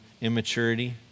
immaturity